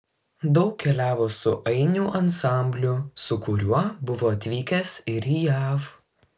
daug keliavo su ainių ansambliu su kuriuo buvo atvykęs ir į jav